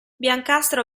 biancastra